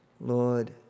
Lord